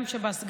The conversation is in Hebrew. גם על שב"ס,